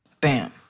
Bam